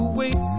wait